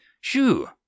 Shoo